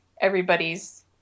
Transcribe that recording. everybody's